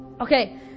Okay